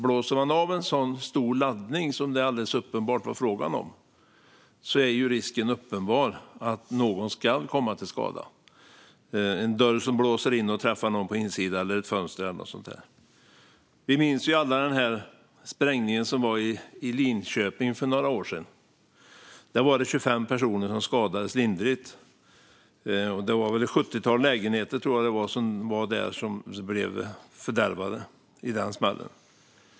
Blåser man av en sådan stor laddning som det alldeles uppenbart var frågan om är risken uppenbar att någon ska komma till skada. Det kan vara en dörr som blåser in och träffar någon på insidan, ett fönster eller någonting sådant. Vi minns alla sprängningen i Linköping för några år sedan. Där var det 25 personer som skadades lindrigt. Jag tror att det var ett sjuttiotal lägenheter som blev fördärvade i den smällen.